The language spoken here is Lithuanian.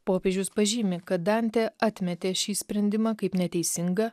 popiežius pažymi kad dantė atmetė šį sprendimą kaip neteisingą